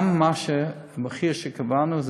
גם המחיר שקבענו,